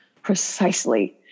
Precisely